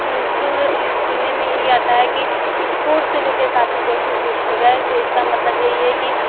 उनको सुनने में यही आता है कि स्पोर्ट से ले के काफ़ी क्वेश्चन पूछे गए तो इसका मतलब यही है कि